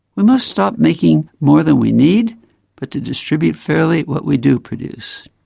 we must stop making more than we need but to distribute fairly what we do produce.